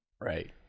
Right